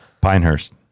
Pinehurst